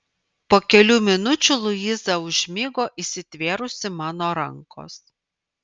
po kelių minučių luiza užmigo įsitvėrusi mano rankos